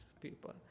people